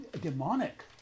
demonic